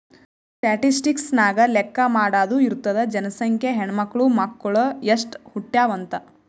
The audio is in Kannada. ಸ್ಟ್ಯಾಟಿಸ್ಟಿಕ್ಸ್ ನಾಗ್ ಲೆಕ್ಕಾ ಮಾಡಾದು ಇರ್ತುದ್ ಜನಸಂಖ್ಯೆ, ಹೆಣ್ಮಕ್ಳು, ಮಕ್ಕುಳ್ ಎಸ್ಟ್ ಹುಟ್ಯಾವ್ ಅಂತ್